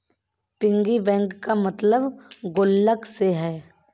piggy bank का मतलब गुल्लक से है